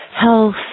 health